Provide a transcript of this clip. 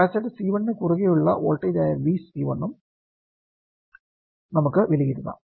capacitor C1 ന് കുറുകെയുള്ള വോൾട്ടേജായ Vc1 ഉം നമുക്ക് വിലയിരുത്താം